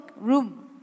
room